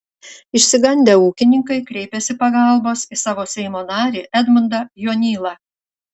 išsigandę ūkininkai kreipėsi pagalbos į savo seimo narį edmundą jonylą